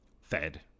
fed